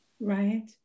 Right